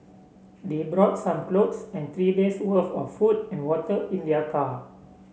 they brought some clothes and three days' worth of food and water in their car